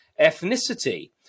ethnicity